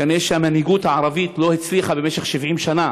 כנראה המנהיגות הערבית לא הצליחה במשך 70 שנה